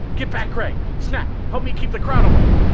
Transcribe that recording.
get back, gregg! snap, help me keep the crowd away.